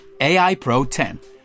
AIPRO10